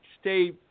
stay